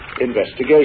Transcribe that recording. investigation